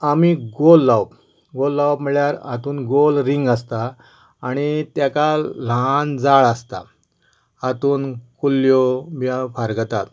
आनी गोल लावप गोल लावप म्हणल्यार हातूंत गोल रिंग आसता आनी ताका ल्हान जाळ आसता हातूंत कुल्ल्यो ब्या फारगतात